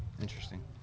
Interesting